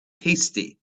tasty